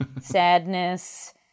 sadness